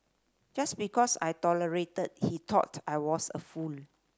just because I tolerated he thought I was a fool